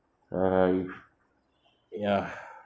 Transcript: right ya